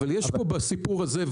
אבל יש פה בסיפור הזה,